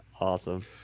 awesome